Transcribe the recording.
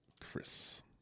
Chris